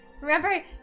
Remember